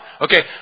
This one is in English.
Okay